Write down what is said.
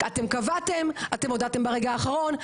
אתם קבעתם, אתם הודעתם ברגע האחרון.